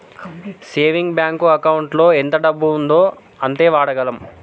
saving bank ఎకౌంటులో ఎంత డబ్బు ఉందో అంతే వాడగలం